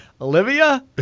Olivia